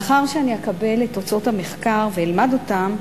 לאחר שאני אקבל את תוצאות המחקר ואלמד אותן,